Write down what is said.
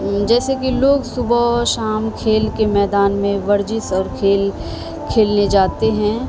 جیسے کہ لوگ صبح شام کھیل کے میدان میں ورجش اور کھیل کھیلنے جاتے ہیں